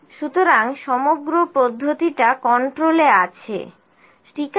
সুতরাং সমগ্র পদ্ধতিটা কন্ট্রোলে আছে ঠিক আছে